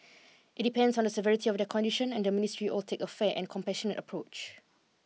it depends on the severity of their condition and the ministry or take a fair and compassionate approach